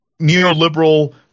neoliberal